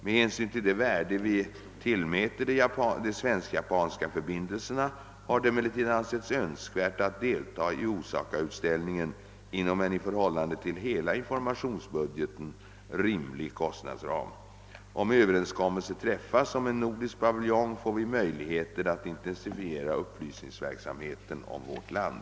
Med hänsyn till det värde vi tillmäter de svensk-japanska förbindelserna har det emellertid ansetts önskvärt att delta i Osaka-utställningen inom en i förhållande till hela informationsbudgeten rimlig kostnadsram. Om överenskommelse träffas om en nordisk paviljong, får vi nya möjligheter att intensifiera upplysningsverksamheten om vårt land.